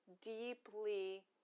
deeply